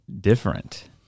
different